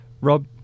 Rob